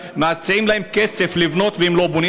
ומציעים להם כסף לבנות והם לא בונים.